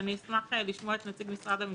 אשמח לשמוע את נציג משרד המשפטים,